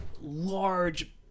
large